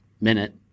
minute